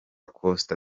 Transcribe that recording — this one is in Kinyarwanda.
costa